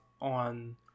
on